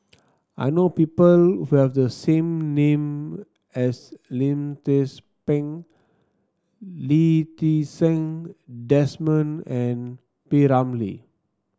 I know people who have the same name as Lim Tze Peng Lee Ti Seng Desmond and P Ramlee